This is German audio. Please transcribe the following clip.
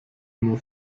nur